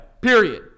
period